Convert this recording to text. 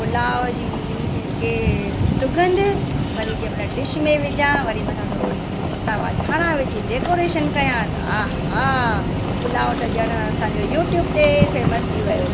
पुलाउ जी मिस्के सुगंधि जंहिंमहिल डिश में विझां वरी मथां थोरो सावा धाणा विझी डैकोरेशन कयां त आ हा पुलाउ त ॼण असांजो यूट्यूब ते फेमस थी वियो